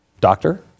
Doctor